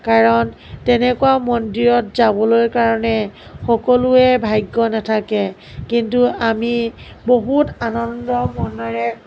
কাৰণ তেনেকুৱা মন্দিৰত যাবলৈ কাৰণে সকলোৱে ভাগ্য নেথাকে কিন্তু আমি বহুত আনন্দ মনেৰে